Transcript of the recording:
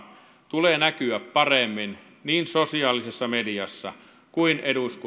tulee näkyä paremmin niin sosiaalisessa mediassa kuin eduskunnan salityöskentelyssä